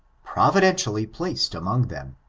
providentially placed among them,